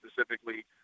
specifically